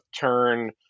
Turn